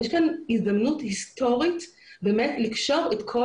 יש כאן הזדמנות היסטורית לקשור את כל